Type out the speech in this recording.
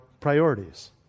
priorities